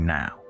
now